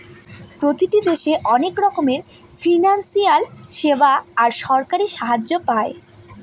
প্রতিটি দেশে অনেক রকমের ফিনান্সিয়াল সেবা আর সরকারি সাহায্য পায়